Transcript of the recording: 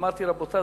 אמרתי: רבותי,